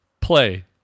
play